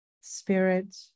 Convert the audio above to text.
spirit